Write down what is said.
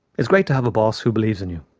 it's great to have a boss who believes in you.